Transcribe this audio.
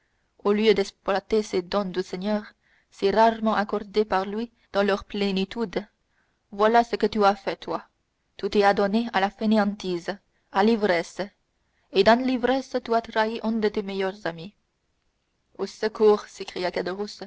au lieu d'exploiter ces dons du seigneur si rarement accordés par lui dans leur plénitude voilà ce que tu as fait toi tu t'es adonné à la fainéantise à l'ivresse et dans l'ivresse tu as trahi un de tes meilleurs amis au secours s'écria